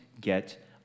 get